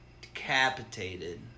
decapitated